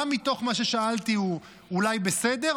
מה מתוך מה ששאלתי הוא אולי בסדר,